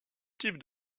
type